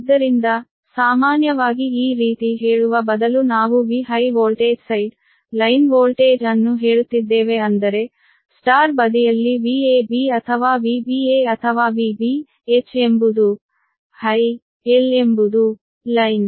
ಆದ್ದರಿಂದ ಸಾಮಾನ್ಯವಾಗಿ ಈ ರೀತಿ ಹೇಳುವ ಬದಲು ನಾವು V high voltage side line voltage ಅನ್ನು ಹೇಳುತ್ತಿದ್ದೇವೆ ಅಂದರೆ Y ಬದಿಯಲ್ಲಿ VAB ಅಥವಾ VBA ಅಥವಾ VB H ಎಂಬುದು ಹೈ L ಎಂಬುದು ಲೈನ್